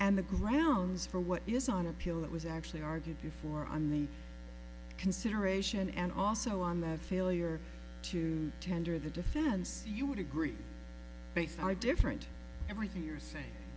and the grounds for what is on appeal it was actually argued before on the consideration and also on the failure to tender the defense you would agree based are different everything you're saying